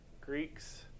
Greeks